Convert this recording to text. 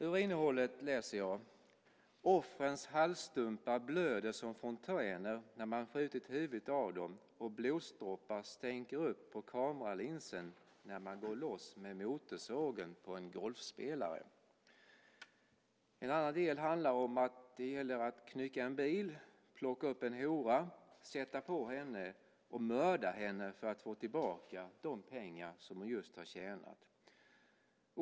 Ur innehållet läser jag: Offrens halsstumpar blöder som fontäner när man skjutit huvudet av dem och blodsdroppar stänker upp på kameralinsen när man går loss med motorsågen på en golfspelare. I ett annat spel handlar det om att knycka en bil, plocka upp en hora, sätta på henne och mörda henne för att få tillbaka de pengar hon just tjänat.